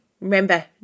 remember